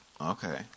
Okay